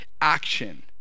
action